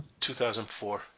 2004